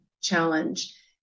challenge